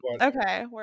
okay